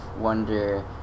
wonder